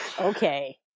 Okay